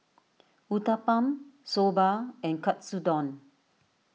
Uthapam Soba and Katsudon